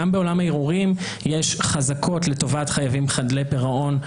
גם בעולם הערעורים יש חזקות לטובת חייבים חדלי פירעון.